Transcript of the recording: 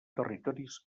territoris